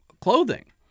clothing